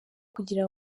kugira